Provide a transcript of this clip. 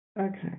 okay